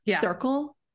circle